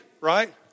right